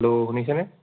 hello শুনিছেনে